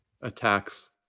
attacks